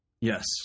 Yes